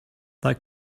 that